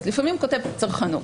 אז לפעמים כותב "צרכנות",